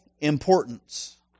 importance